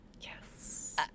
Yes